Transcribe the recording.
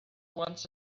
once